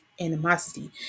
animosity